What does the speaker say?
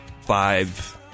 five